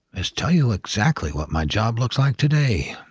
is tell you exactly what my job looks like today.